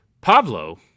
Pablo